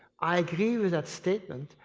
i agree with that statement.